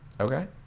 Okay